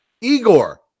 Igor